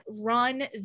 run